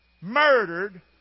Murdered